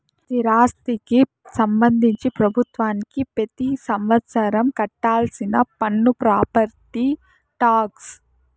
స్థిరాస్తికి సంబంధించి ప్రభుత్వానికి పెతి సంవత్సరం కట్టాల్సిన పన్ను ప్రాపర్టీ టాక్స్